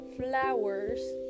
Flowers